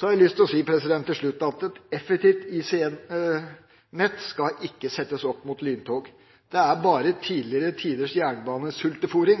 Så har jeg lyst til å si til slutt at et effektivt ICE-nett ikke skal settes opp mot lyntog. Det er bare tidligere tiders jernbanesultefôring